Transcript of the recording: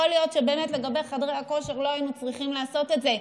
יכול להיות שבאמת לגבי חדרי הכושר לא היינו צריכים לעשות את זה,